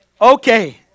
Okay